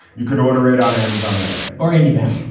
you could order it on amazon right now or indiana